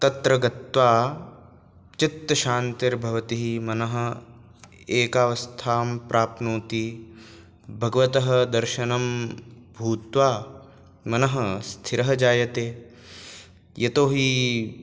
तत्र गत्वा चित्तशान्तिर्भवति मनः एकावस्थां प्राप्नोति भगवतः दर्शनं भूत्वा मनः स्थिरं जायते यतोहि